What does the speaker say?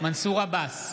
מנסור עבאס,